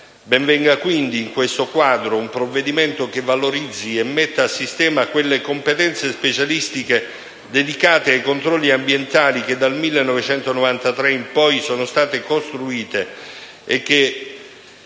Ben venga quindi, in questo quadro, un provvedimento che valorizzi e metta a sistema quelle competenze specialistiche dedicate ai controlli ambientali che, dal 1993 in poi, sono state costruite e dia